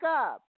up